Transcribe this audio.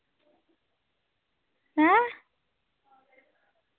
हैं